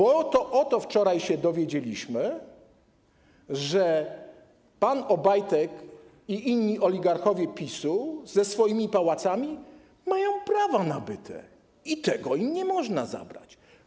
Oto wczoraj się dowiedzieliśmy, że pan Obajtek i inni oligarchowie PiS-u ze swoimi pałacami mają prawa nabyte i tego im nie można zabrać.